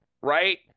right